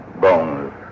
bones